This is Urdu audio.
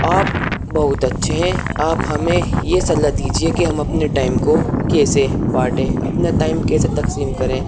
آپ بہت اچھے ہیں آپ ہمیں یہ صلاح دیجیے کہ ہم اپنے ٹائم کو کیسے باٹیں اپنا ٹائم کیسے تقسیم کریں